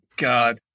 God